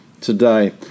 today